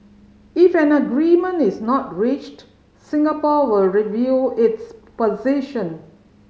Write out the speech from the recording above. if an agreement is not reached Singapore will review its position